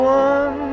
one